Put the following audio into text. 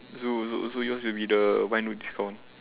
so so so yours will be the what it's called